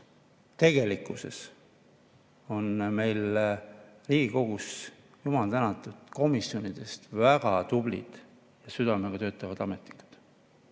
tegelikult on meil Riigikogus, jumal tänatud, komisjonides väga tublid, südamega töötavad ametnikud.